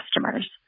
customers